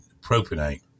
propionate